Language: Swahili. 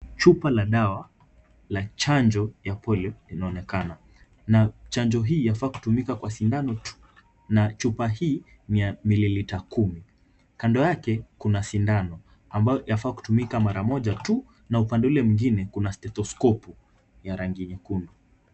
Chupa na dawa la chanjo ya polio inaonekana na chanjo hii yafaa kutumika kwa sindano tu na chupa hii ni ya mililita kumi, kando yake kuna sindano ambayo yafaa kutumika mara moja tu na upande ule mwingine kuna stetoskopu ya rangi nyekundu.